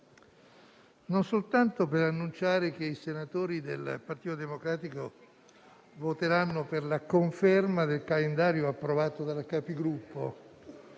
non soltanto per annunciare che i senatori del Partito Democratico voteranno per la conferma del calendario approvato dalla Conferenza